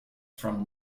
from